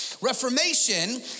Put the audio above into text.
Reformation